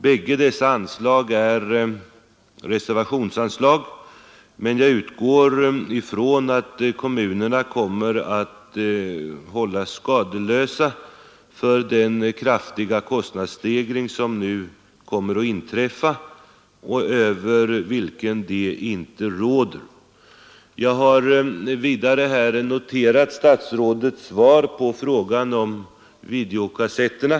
Bägge dessa anslag är reservationsanslag, men jag utgår från att kommunerna kommer att hållas skadeslösa för den kraftiga kostnadsstegring som nu inträffar och som de inte råder över. Jag har vidare noterat statsrådets svar på frågan om videokassetterna.